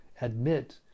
admit